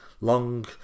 long